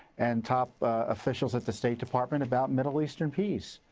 and top officials at the state department about middle eastern peace.